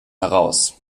heraus